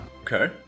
Okay